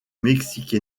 mexique